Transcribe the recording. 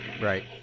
right